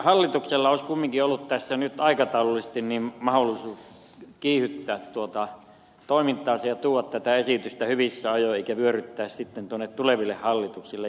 hallituksella olisi kumminkin ollut tässä nyt aikataulullisesti mahdollisuus kiihdyttää toimintaansa ja tuoda tämä esitys hyvissä ajoin eikä vyöryttää sitä tuonne tuleville hallituksille